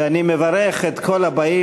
ואני מברך את כל הבאים,